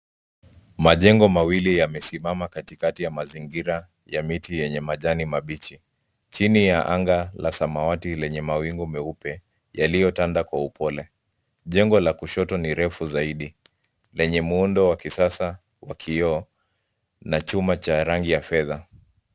Majengo mawili yamesimama katikati ya mazingira ya miti yenye majani mabichi chini ya anga la samawati lenye mawingu meupe yaliyotanda kwa upole. Jengo la kushoto ni refu zaidi lenye muundo wa kisasa wa kioo na chuma cha rangi ya fe.